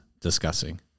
discussing